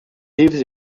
lives